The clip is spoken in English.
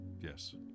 yes